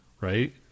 right